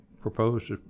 proposed